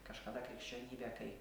kažkada krikščionybę kai